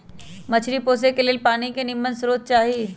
मछरी पोशे के लेल पानी के निम्मन स्रोत चाही